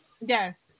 Yes